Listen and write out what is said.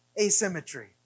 asymmetry